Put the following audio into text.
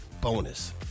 bonus